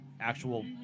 actual